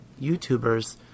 YouTubers